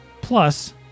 Plus